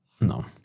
no